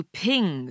ping